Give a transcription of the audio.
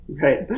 Right